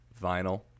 vinyl